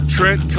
Trent